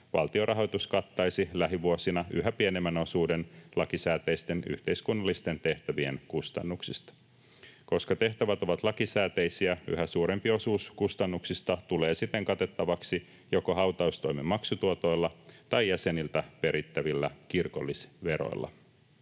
valtion rahoitus kattaisi lähivuosina yhä pienemmän osuuden lakisääteisten yhteiskunnallisten tehtävien kustannuksista. Koska tehtävät ovat lakisääteisiä, yhä suurempi osuus kustannuksista tulee siten katettavaksi joko hautaustoimen maksutuotoilla tai jäseniltä perittävillä kirkollisveroilla.